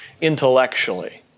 intellectually